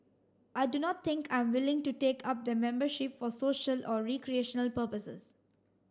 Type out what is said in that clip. I do not think I am willing to take up the membership for social or recreational purposes